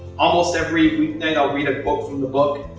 almost every weeknight, i'll read a quote from the book,